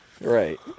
Right